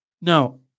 Now